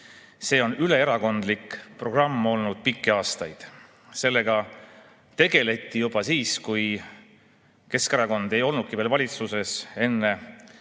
see on üleerakondlik programm olnud pikki aastaid. Sellega tegeleti juba siis, kui Keskerakond ei olnudki veel valitsuses, enne